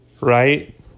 right